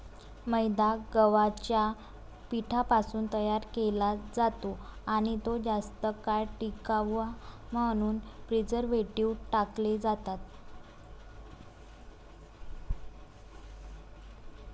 मैदा गव्हाच्या पिठापासून तयार केला जातो आणि तो जास्त काळ टिकावा म्हणून प्रिझर्व्हेटिव्ह टाकले जातात